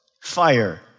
Fire